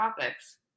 topics